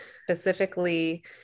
specifically